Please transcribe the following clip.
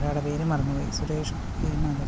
ഒരാളുടെ പേര് മറന്നുപോയി സുരേഷ് ഗോപി മദർ തെരേസ